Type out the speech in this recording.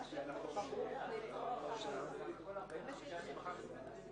רמאות זה הדבר שהכי קריטי בשבילו.